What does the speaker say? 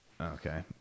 okay